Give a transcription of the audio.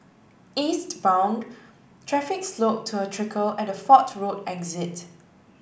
eastbound traffic slowed to a trickle at the Fort Road exit